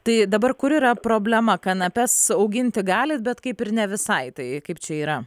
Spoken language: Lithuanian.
tai dabar kur yra problema kanapes auginti galit bet kaip ir ne visai tai kaip čia yra